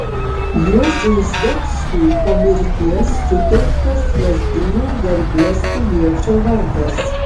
juozui zdebskiui po mirties suteiktas lazdijų garbės piliečio vardas